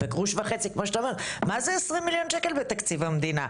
מה זה 20 מיליון ₪ בתקציב המדינה?